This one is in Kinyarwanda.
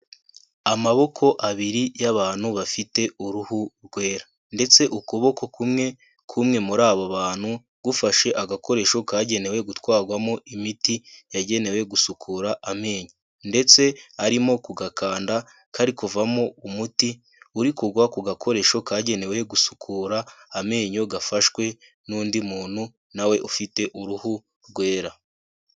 Amaboko abiri y'abantu bafite uruhu rwera ndetse ukuboko kumwe, k'umwe muri abo bantu, gufashe agakoresho kagenewe gutwarwamo imiti yagenewe gusukura amenyo ndetse arimo ku gakanda kari kuvamo umuti uri kugwa ku gakoresho kagenewe gusukura amenyo, gafashwe n'undi muntu na we ufite uruhu rwera.